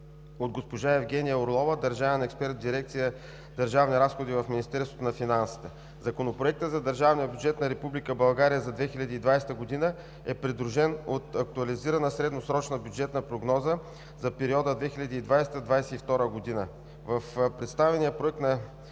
от госпожа Евгения Орлова – държавен експерт в дирекция „Държавни разходи“ в Министерството на финансите. Законопроектът за държавния бюджет на Република България за 2020 г. е придружен от актуализираната средносрочна бюджетна прогноза за периода 2020 – 2022 г. В представения проект на